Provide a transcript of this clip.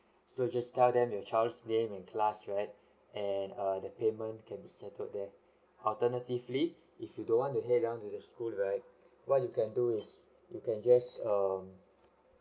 so you just tell them your child's name and class right and err the payment can be settled there alternatively if you don't want to head down to the school right what you can do is you can just um